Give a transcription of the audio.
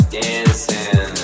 dancing